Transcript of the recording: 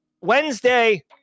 Wednesday